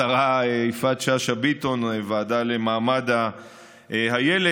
השרה יפעת שאשא ביטון, הוועדה למעמד הילד.